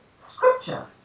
scripture